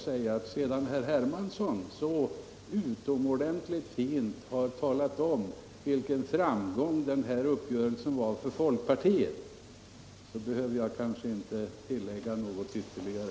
Sedan herr Hermansson så utomordentligt fint talat om vilken framgång uppgörelsen var för folkpartiet behöver jag således kanske inte tillägga något ytterligare.